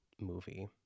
movie